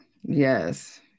Yes